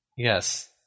Yes